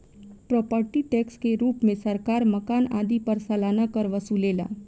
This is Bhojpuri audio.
प्रोपर्टी टैक्स के रूप में सरकार मकान आदि पर सालाना कर वसुलेला